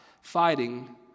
fighting